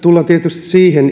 siihen